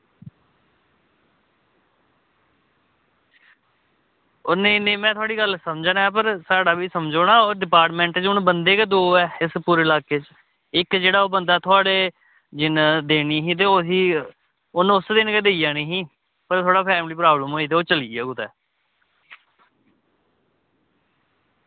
ओह् नेईं नेईं में थुआढ़ी गल्ल समझा ना पर साढ़ा बी समझो ना ओह् डिपार्टमेंट बी बंदे बी दौ ऐ इस पूरे इलाके च इक्क जेह्ड़ा ओह् बंदा थुआढ़े जिन्ने देनी ते ओह् उसी उन्ने उस दिन गे देई जानी ही थोह्ड़ा जेहा फैमिली प्रॉब्लम होई गेआ ते ओह् चली गेआ कुदै